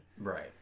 Right